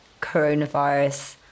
coronavirus